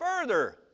further